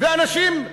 ואנשים,